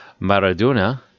Maradona